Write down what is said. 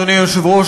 אדוני היושב-ראש,